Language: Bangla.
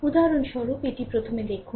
উদাহরণস্বরূপ এটি প্রথমে দেখুন